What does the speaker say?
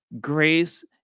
grace